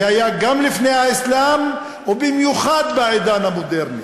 זה היה גם לפני האסלאם, ובמיוחד בעידן המודרני.